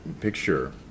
picture